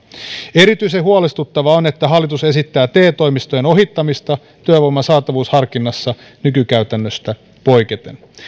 erityisen huolestuttavaa on että hallitus esittää te toimistojen ohittamista työvoiman saatavuusharkinnassa nykykäytännöstä poiketen